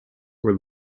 were